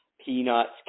peanuts